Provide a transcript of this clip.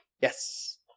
Yes